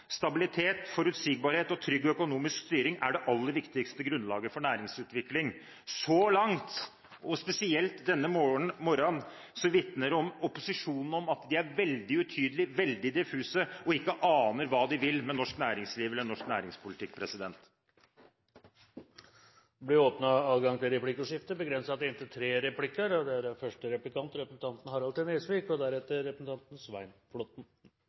Stabilitet, forutsigbarhet og trygg økonomisk styring er det aller viktigste grunnlaget for næringsutvikling. Så langt, og spesielt denne morgenen, vitner opposisjonen om at den er veldig utydelig, veldig diffus og ikke aner hva den vil med norsk næringsliv eller norsk næringspolitikk. Det blir replikkordskifte. Komiteens leder sa i sitt innlegg og viste at man skulle kapitalisere opp de to nye, landsdekkende såkornfondene i dette budsjettet. Såkornfondene ble opprettet i revidert nasjonalbudsjett for inneværende år. Dessverre er